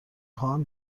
خواهم